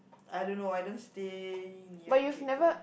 I don't know I don't stay near